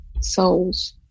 souls